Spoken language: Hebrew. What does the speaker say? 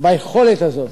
ביכולת הזאת.